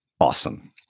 awesome